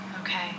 Okay